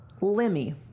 Lemmy